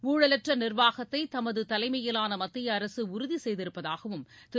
ஊழலற்ற நிர்வாகத்தை தமது தலைமையிலான மத்திய அரசு உறுதி செய்திருப்பதாகவும் திரு